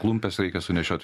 klumpes sunešiot